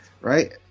right